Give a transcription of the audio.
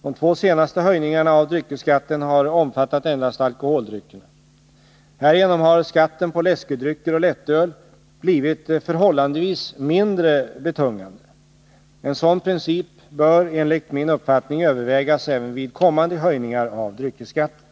De två senaste höjningarna av dryckesskatten har omfattat endast alkoholdryckerna. Härigenom har skatten på läskedrycker och lättöl blivit förhållandevis mindre betungande. En sådan princip bör enligt min uppfattning övervägas även vid kommande höjningar av dryckesskatten.